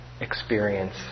experience